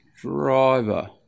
driver